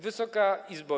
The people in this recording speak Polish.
Wysoka Izbo!